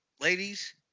Ladies